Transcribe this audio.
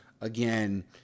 again